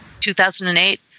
2008